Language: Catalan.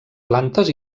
plantes